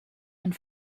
and